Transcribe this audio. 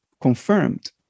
confirmed